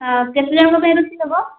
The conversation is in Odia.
ହଁ କେତେ ଜଣଙ୍କ ପାଇଁ ରୋଷେଇ ହେବ